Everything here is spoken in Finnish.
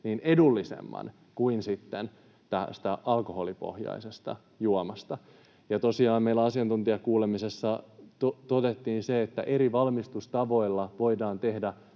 kuin sitten tästä alkoholipohjaisesta juomasta. Ja tosiaan meillä asiantuntijakuulemisessa todettiin se, että eri valmistustavoilla voidaan tehdä